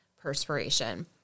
perspiration